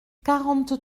quarante